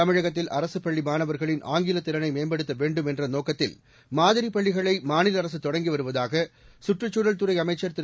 தமிழகத்தில் அரசு பள்ளி மாணவர்களின் ஆங்கிலத் திறனை மேம்படுத்த வேண்டும் என்ற நோக்கத்தில் மாதிரிப் பள்ளிகளை மாநில அரசு தொடங்கி வருவதாக சுற்றுச்சூழல் துறை அமைச்சர் திரு